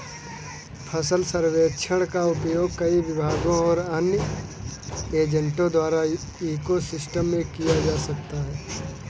फसल सर्वेक्षण का उपयोग कई विभागों और अन्य एजेंटों द्वारा इको सिस्टम में किया जा सकता है